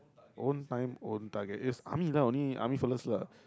own time own target is army lah only army fellas lah